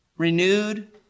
Renewed